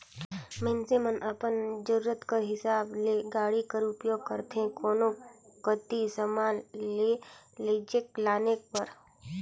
मइनसे मन अपन जरूरत कर हिसाब ले गाड़ी कर उपियोग करथे कोनो कती समान ल लेइजे लाने बर